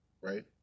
right